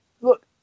look